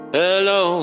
hello